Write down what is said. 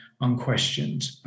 unquestioned